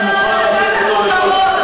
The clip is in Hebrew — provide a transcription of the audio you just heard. אני מוכן להביא את כולו,